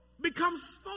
becomes